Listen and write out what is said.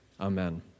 Amen